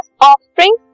offspring